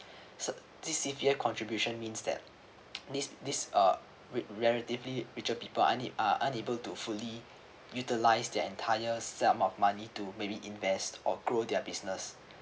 this C_P_F contribution means that these these are relatively richer people I need are unable to fully utilize their entire sum of money to maybe invest or grow their business